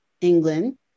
England